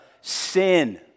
sin